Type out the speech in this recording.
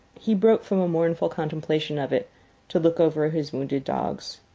he broke from a mournful contemplation of it to look over his wounded dogs.